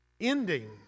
ending